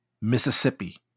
Mississippi